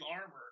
armor